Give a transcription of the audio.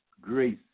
grace